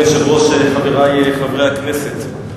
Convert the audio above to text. אדוני היושב-ראש, חברי חברי הכנסת,